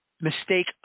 mistake